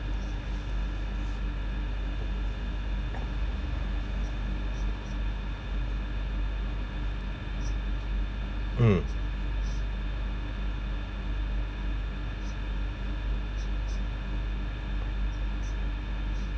mm